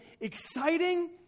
exciting